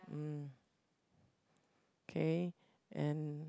mm kay and